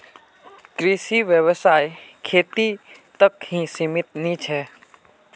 कृषि व्यवसाय खेती तक ही सीमित नी छे